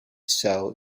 cell